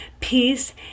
peace